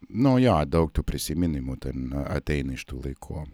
nu jo daug tų prisiminimų ten ateina iš tų laikų